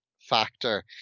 factor